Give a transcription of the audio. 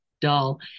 dull